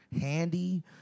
handy